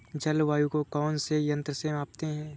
जलवायु को कौन से यंत्र से मापते हैं?